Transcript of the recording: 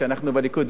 כשאנחנו בליכוד,